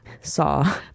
saw